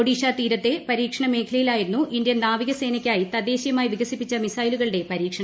ഒഡീഷ തീരത്തെ ചന്ദിപ്പൂരിലെ പരീക്ഷണ മേഖലയിലായിരുന്നു ഇന്ത്യൻ നാവികസേനയ്ക്കായി തദ്ദേശീയമായി വികസിപ്പിച്ച മിസൈലുകളുടെ പരീക്ഷണം